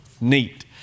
Neat